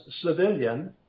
civilian